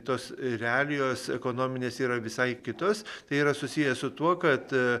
tos realijos ekonominės yra visai kitos tai yra susiję su tuo kad